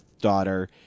daughter